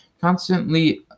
constantly